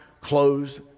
closed